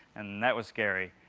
and that was scary,